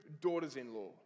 daughters-in-law